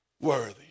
worthy